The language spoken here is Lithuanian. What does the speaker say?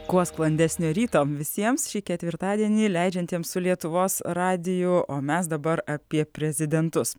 kuo sklandesnio ryto visiems šį ketvirtadienį leidžiantiems su lietuvos radiju o mes dabar apie prezidentus